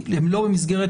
בחוץ?